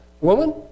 Woman